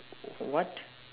what